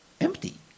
empty